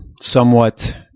somewhat